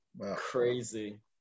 Crazy